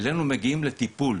אלינו מגיעים לטיפול,